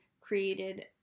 created